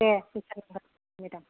दे होनबा मेडाम